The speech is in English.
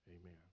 amen